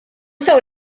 sew